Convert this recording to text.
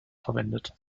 verwendet